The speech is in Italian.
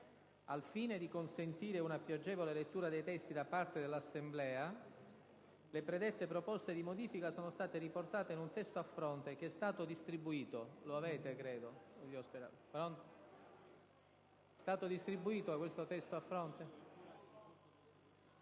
Al fine di consentire una più agevole lettura dei testi da parte dell'Assemblea, le predette proposte di modifica sono state riportate in un testo a fronte che è stato distribuito.